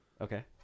Okay